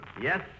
Yes